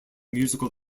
musical